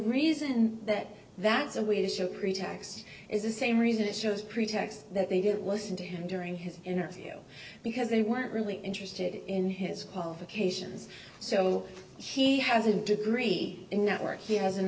reason that that's a way to show pretax is the same reason it's just pretext that they didn't listen to him during his interview because they weren't really interested in his qualifications so he hasn't degree in network he has an